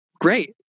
great